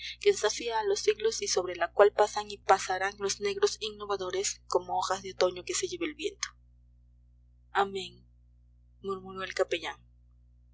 que desafía a los siglos y sobre la cual pasan y pasarán los negros innovadores como hojas de otoño que se lleva el viento amén murmuró el capellán